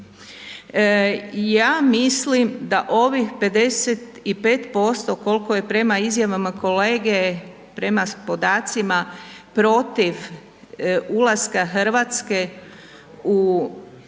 Ja mislim da ovih 55% koliko je prema izjavama kolege, prema podacima protiv ulaska Hrvatske u euro zonu